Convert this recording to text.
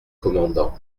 commandant